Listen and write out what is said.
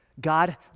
God